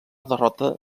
derrota